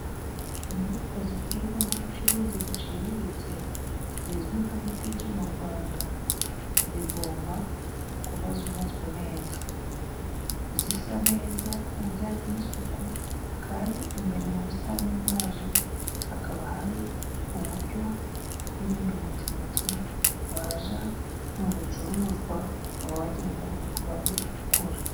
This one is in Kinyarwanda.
Inyubako zikorerwamo ubucuruzi buciriritse, zizwi nka butike mu Rwanda, zigomba kuba zubatswe neza, zisa neza mu bijyanye n'isuku, kandi imbere mu busitani bwazo hakaba hari uburyo bwo kwirinda umucucu waja mu bicuruzwa, ukaba wagira ingaruka ku babigura.